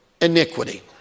iniquity